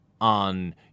on